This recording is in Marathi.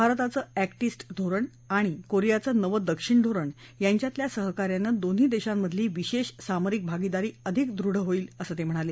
भारताचं एक्ट ईस्ट धोरण आणि कोरियाचं नव दक्षिण धोरण यांच्यातल्या सहकार्यानं दोन्ही देशांमधली विशेष सामरिक भागीदारी अधिक दृढ होईल असं ते म्हणाले